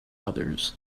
others